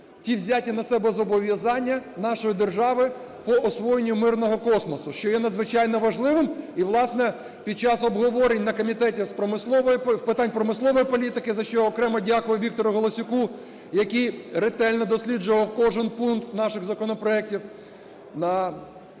ті взяті на себе зобов'язання нашої держави по освоєнню мирного космосу, що є надзвичайно важливим. І, власне, під час обговорень на Комітеті з питань промислової політики, за що окремо дякую Віктору Галасюку, який ретельно досліджував кожен пункт наших законопроектів, на